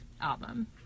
album